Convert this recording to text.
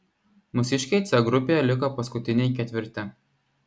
mūsiškiai c grupėje liko paskutiniai ketvirti